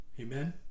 Amen